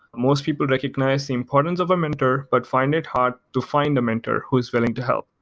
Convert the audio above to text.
most people recognize the importance of a mentor but find it hard to find a mentor who's willing to help.